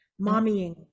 mommying